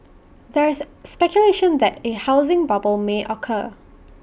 there is speculation that A housing bubble may occur